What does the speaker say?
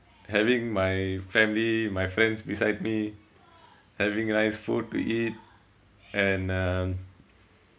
having my family my friends beside me having nice food to eat and um